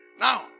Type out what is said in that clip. Now